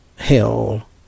hell